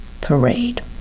parade